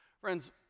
Friends